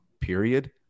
period